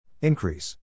Increase